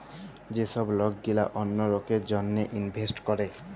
যে ছব লক গিলা অল্য লকের জ্যনহে ইলভেস্ট ক্যরে